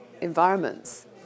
environments